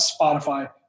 Spotify